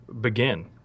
begin